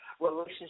relationship